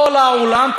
כל העולם,